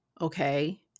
okay